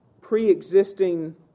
pre-existing